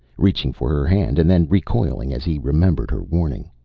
reaching for her hand, and then recoiling as he remembered her warning,